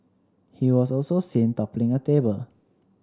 he was also seen toppling a table